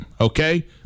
Okay